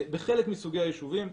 אבל בחלק מסוגי היישובים,